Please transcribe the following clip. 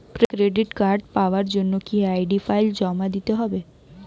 Credit card পাওয়ার জন্য কি আই.ডি ফাইল জমা দিতে হবে?